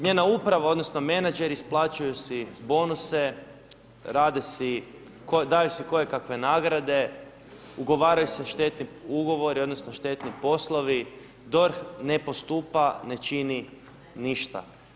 Njena uprava odnosno menadžeri isplaćuju si bonuse, daju si koje kave nagrade, ugovaraju se štetni ugovori odnosno štetni poslovi, DORH ne postupa, ne čini ništa.